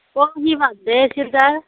পৰহি বাৰ্থডে' আছিল তাৰ